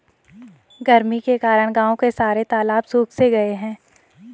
गर्मी के कारण गांव के सारे तालाब सुख से गए हैं